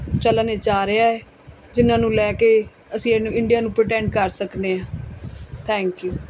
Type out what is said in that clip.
ਚਲਨ ਵਿੱਚ ਆ ਰਿਹਾ ਹੈ ਜਿਹਨਾਂ ਨੂੰ ਲੈ ਕੇ ਅਸੀਂ ਇਹਨੂੰ ਇੰਡੀਆ ਨੂੰ ਪ੍ਰਟੈਂਡ ਕਰ ਸਕਦੇ ਹਾਂ ਥੈਂਕ ਯੂ